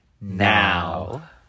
Now